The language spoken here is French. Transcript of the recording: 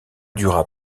dura